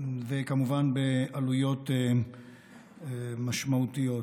וכמובן, בעלויות משמעותיות.